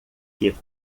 que